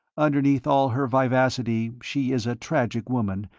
underneath all her vivacity she is a tragic woman,